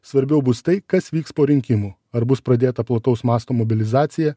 svarbiau bus tai kas vyks po rinkimų ar bus pradėta plataus masto mobilizacija